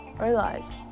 realize